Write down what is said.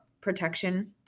Protection